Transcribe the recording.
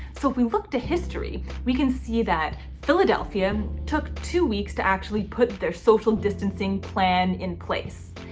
so if we look to history, we can see that philadelphia took two weeks to actually put their social distancing plan in place.